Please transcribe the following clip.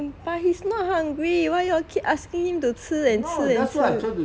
but he's not hungry why you all keep asking him to 吃 and 吃 and 吃